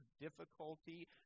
difficulty